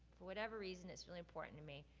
for whatever reason, it's really important to me.